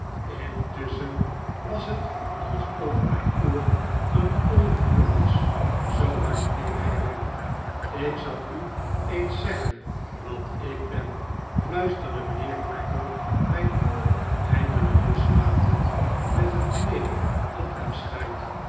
intusschen was het alsof mijn oor een kool vuur was zoo hard kneep hij er in ik zal u eens zeggen wat ik ben fluisterde mijnheer creakle mijn oor eindelijk loslatend met een kneep tot afscheid